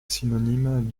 synonyme